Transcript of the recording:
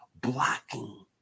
Blocking